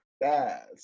Yes